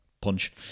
punch